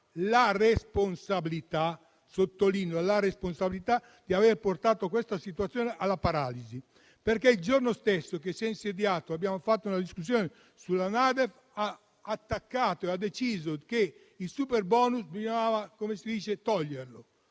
la responsabilità - sottolineo: la responsabilità - di aver portato questa situazione alla paralisi, perché il giorno stesso che si è insediato e abbiamo svolto una discussione sulla NADEF, ha attaccato e ha deciso che il superbonus andava abolito.